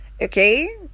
okay